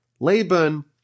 Laban